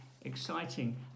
exciting